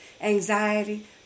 anxiety